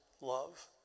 love